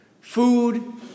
food